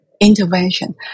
intervention